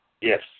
Yes